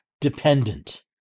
dependent